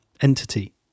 entity